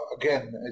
again